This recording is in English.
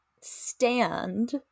stand